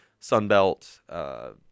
Sunbelt